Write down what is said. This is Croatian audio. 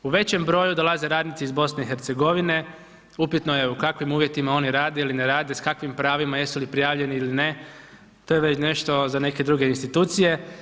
U većem broju dolaze radnici iz BiH, upitno je u kakvim uvjetima oni rade ili ne rade, s kakvim pravima, jesu li prijavljeni ili ne, to je već nešto za neke druge institucije.